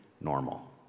normal